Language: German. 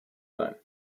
sein